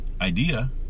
idea